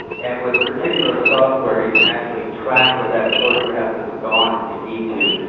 and with particular software you can actually track where that photograph has gone, if you need to.